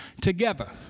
together